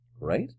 Right